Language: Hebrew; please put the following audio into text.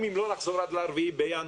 אם לא נחזור עד 4 בינואר